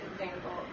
example